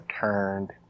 turned